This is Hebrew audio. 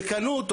שקנו אותו,